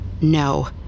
No